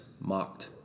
mocked